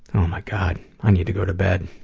oh my god, i need to go to bed.